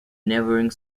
neighbouring